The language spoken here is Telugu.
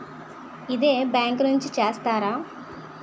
ఇదే బ్యాంక్ నుంచి చేస్తారా?